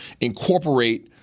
incorporate